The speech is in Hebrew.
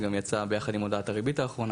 גם יצא ביחד עם הודעת הריבית האחרונה.